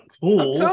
Cool